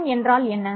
என் என்றால் என்ன